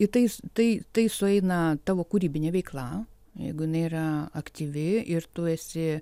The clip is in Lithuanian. į tais tai tai sueina tavo kūrybinė veikla jeigu jinai yra aktyvi ir tu esi